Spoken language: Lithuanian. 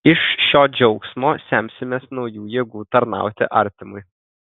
iš šio džiaugsmo semsimės naujų jėgų tarnauti artimui